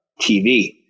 TV